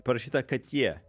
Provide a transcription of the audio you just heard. parašyta katie